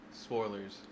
spoilers